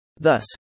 Thus